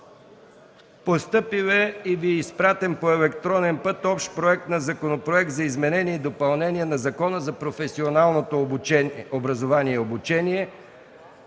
Постъпил е и Ви е изпратен по електронен път общ Законопроект за изменение и допълнение на Закона за професионалното образование и обучение.